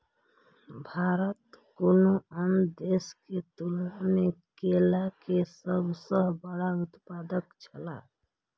भारत कुनू अन्य देश के तुलना में केला के सब सॉ बड़ा उत्पादक छला